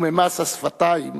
וממס השפתיים,